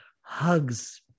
hugs